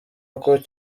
ari